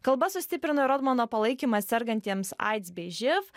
kalbas sustiprina rodmano palaikymas sergantiems aids bei živ